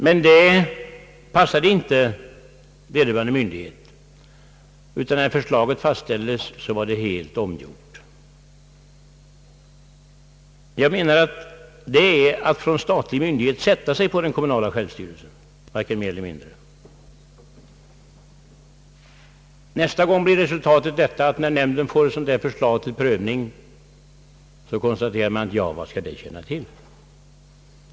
Men det passade inte vederbörande myndighet, utan när förslaget fastställdes var det helt omgjort. Jag menar att detta innebär att en statlig myndighet sätter sig på den kommunala självstyrelsen — varken mer eller mindre. Nästa gång blir resultatet att när nämnden får ett sådant där förslag till prövning, konstaterar man: »Vad skall detta tjäna till?